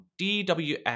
DWF